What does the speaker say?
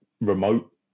remote